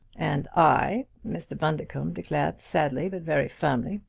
and i, mr. bundercombe declared sadly but very firmly,